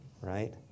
right